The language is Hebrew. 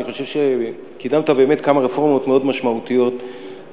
אני חושב שקידמת באמת כמה רפורמות מאוד משמעותיות במשרד,